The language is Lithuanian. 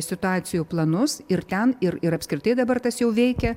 situacijų planus ir ten ir ir apskritai dabar tas jau veikia